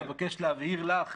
אבקש להבהיר לך,